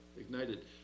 ignited